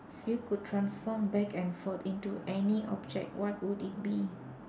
if you could transform back and forth into any object what would it be